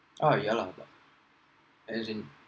ah yeah lah but as in